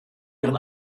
ihren